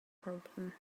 problem